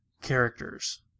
characters